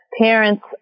parents